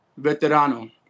Veterano